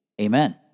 Amen